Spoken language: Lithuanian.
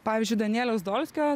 pavyzdžiui danieliaus dolskio